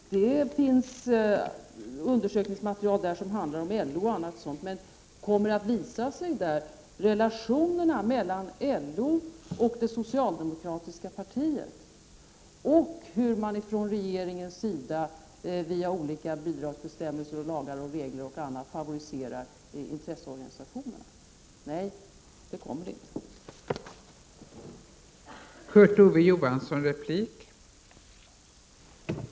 Det finns undersökningsmaterial inom utredningen som handlar om t.ex. LO. Men kommer det där att visa sig vilka relationerna är mellan LO och det socialdemokratiska partiet — och hur man från regeringens sida via olika bidragsbestämmelser, lagar, regler osv. favoriserar intresseorganisationerna? Nej, det kommer det inte.